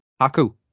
Haku